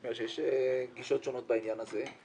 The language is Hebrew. יש גישות שונות בעניין הזה.